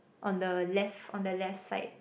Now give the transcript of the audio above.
on the left on the left side